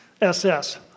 SS